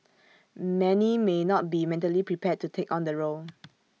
many may not be mentally prepared to take on the role